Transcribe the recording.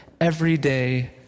everyday